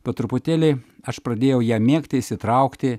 po truputėlį aš pradėjau ją mėgti įsitraukti